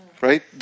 Right